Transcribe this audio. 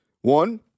One